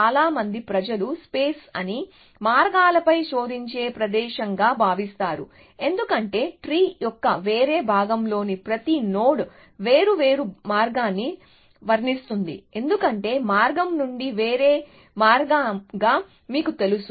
చాలా మంది ప్రజలు స్పేస్ అని మార్గాలపై శోధించే ప్రదేశంగా భావిస్తారు ఎందుకంటే చెట్టు యొక్క వేరే భాగంలోని ప్రతి నోడ్ వేర్వేరు మార్గాన్ని వర్ణిస్తుంది ఎందుకంటే మార్గం నుండి వేరే మార్గంగా మీకు తెలుసు